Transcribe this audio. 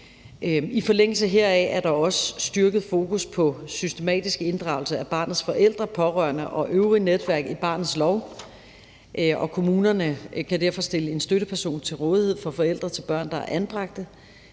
I forlængelse heraf er der også styrket fokus på systematisk inddragelse af barnets forældre, pårørende og øvrige netværk i barnets lov, og kommunen kan derfor stille en støtteperson til rådighed for forældre til børn, der er anbragt,